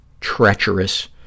treacherous